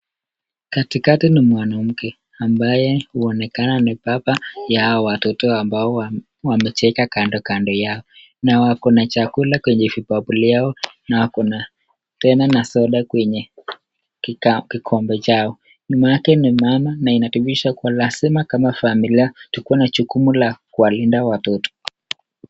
Katikati ni mwanamke ambaye huonekana ni baba ya hawa watoto ambao wamecheka kando kando yao na wako na chakula kwenye vibakuli yao na wako na tena na soda kwenye kikombe chao. Nyuma yake ni mama na inatibisha kuwa lazima kama familia tukuwe na jukumu la kuwalinda watoto.